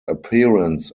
appearance